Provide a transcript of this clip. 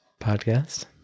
Podcast